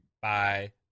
Bye